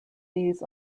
these